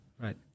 Right